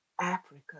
Africa